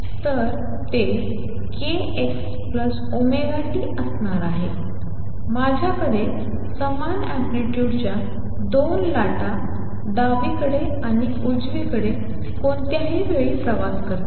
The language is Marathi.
तर ते kxωt असणार आहे माझ्याकडे समान अँप्लितुडच्या 2 लाटा डावीकडे आणि उजवीकडे कोणत्याही वेळी प्रवास करतात